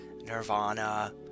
nirvana